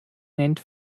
nennt